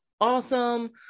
awesome